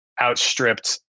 outstripped